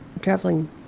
traveling